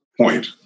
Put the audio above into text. point